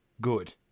good